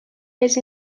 les